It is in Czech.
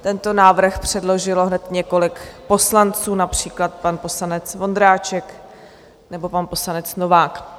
Tento návrh předložilo hned několik poslanců, například pan poslanec Vondráček nebo pan poslanec Novák.